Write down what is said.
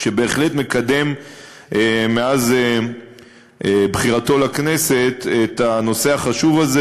שבהחלט מקדם מאז בחירתו לכנסת את הנושא החשוב הזה,